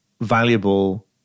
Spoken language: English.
valuable